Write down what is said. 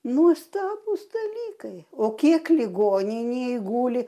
nuostabūs dalykai o kiek ligoninėj guli